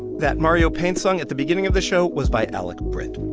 that mario paint song at the beginning of the show was by alec britt.